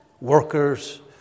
workers